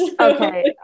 Okay